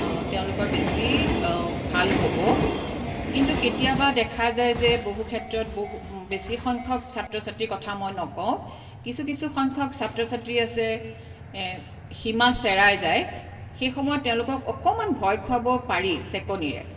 তেওঁলোকৰ বেছি ভাল হ'ব কিন্তু কেতিয়াবা দেখা যায় যে বহু ক্ষেত্ৰত বহু বেছি সংখ্যক ছাত্ৰ ছাত্ৰীৰ কথা মই নকওঁ কিছু কিছু সংখ্যক ছাত্ৰ ছাত্ৰী আছে সীমা চেৰাই যায় সেইসময়ত তেওঁলোকক অকণমান ভয় খুৱাব পাৰি চেকনিৰে